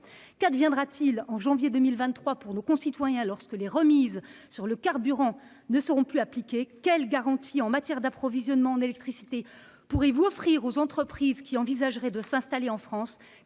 Qu'adviendra-t-il en janvier 2023 pour nos concitoyens, lorsque les remises sur le carburant ne seront plus appliquées ? Quelles garanties en matière d'approvisionnement en électricité pourrez-vous offrir aux entreprises qui envisageraient de s'installer en France ?